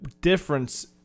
difference